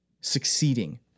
succeeding